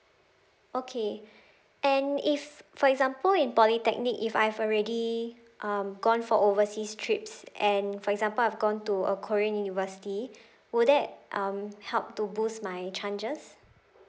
okay and if for example in polytechnic if I've already um gone for overseas trips and for example I've gone to a korean university would that um help to boost my chances